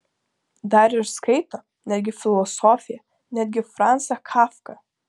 dar ir skaito netgi filosofiją netgi franzą kafką